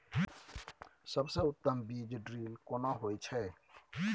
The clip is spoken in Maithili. सबसे उत्तम बीज ड्रिल केना होए छै?